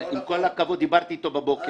עם כל הכבוד אני דיברתי איתו הבוקר.